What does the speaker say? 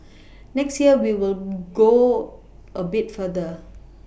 next year we will go a bit further